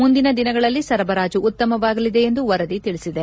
ಮುಂದಿನ ದಿನಗಳಲ್ಲಿ ಸರಬರಾಜು ಉತ್ತಮವಾಗಲಿದೆ ಎಂದು ವರದಿ ತಿಳಿಸಿದೆ